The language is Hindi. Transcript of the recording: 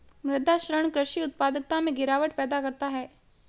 मृदा क्षरण कृषि उत्पादकता में गिरावट पैदा करता है